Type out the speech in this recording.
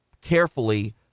carefully